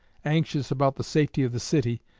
anxious about the safety of the city,